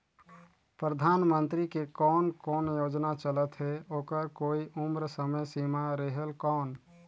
परधानमंतरी के कोन कोन योजना चलत हे ओकर कोई उम्र समय सीमा रेहेल कौन?